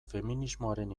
feminismoaren